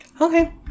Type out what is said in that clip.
Okay